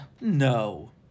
No